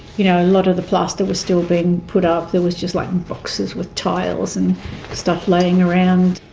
you know, a lot of the plaster was still being put up, there was just like boxes with tiles and stuff laying around.